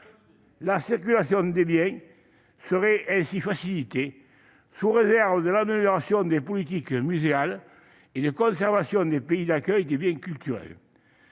La circulation des biens serait ainsi facilitée, sous réserve de l'amélioration des politiques muséales ou de conservation des pays d'accueil des biens culturels.